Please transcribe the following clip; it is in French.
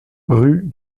rue